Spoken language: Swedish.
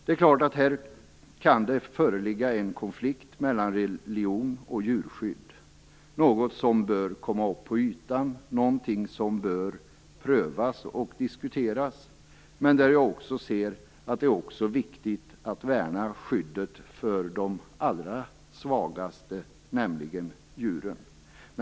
Här kan det självfallet föreligga en konflikt mellan religion och djurskydd. Det är något som bör komma upp till ytan, prövas och diskuteras. Men jag ser också att det är viktigt att värna skyddet för de allra svagaste, nämligen djuren.